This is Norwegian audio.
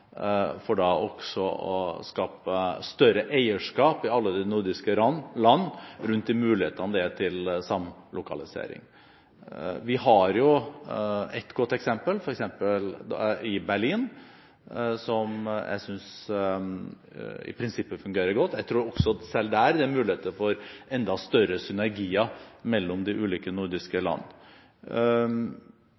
også for å skape større eierskap i alle de nordiske land rundt mulighetene til samlokalisering. Vi har et godt eksempel i Berlin som jeg synes i prinsippet fungerer godt. Jeg tror at selv der er det muligheter for enda større synergier mellom de ulike nordiske